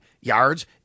yards